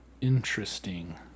Interesting